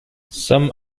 some